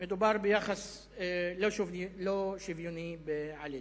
מדובר ביחס לא שוויוני בעליל.